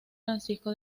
francisco